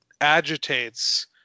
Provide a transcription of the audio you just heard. agitates